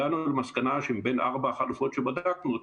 הגענו למסקנה שמבין ארבע החלופות שבדקנו,